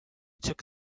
took